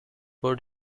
was